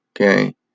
Okay